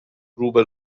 روبه